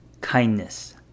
kindness